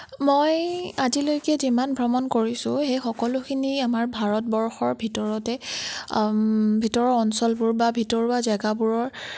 মই আজিলৈকে যিমান ভ্ৰমণ কৰিছোঁ সেই সকলোখিনি আমাৰ ভাৰতবৰ্ষৰ ভিতৰতে ভিতৰৰ অঞ্চলবোৰ বা ভিতৰুৱা জেগাবোৰৰ